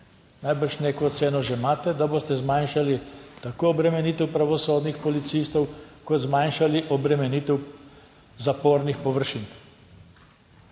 Najbrž neko oceno že imate, da boste zmanjšali tako obremenitev pravosodnih policistov, kot zmanjšali obremenitev zapornih površin.